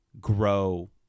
grow